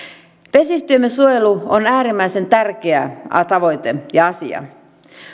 vesistöjemme suojelu on äärimmäisen tärkeä tavoite ja asia